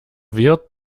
wirt